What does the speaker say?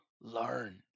learn